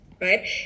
right